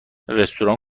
رستوران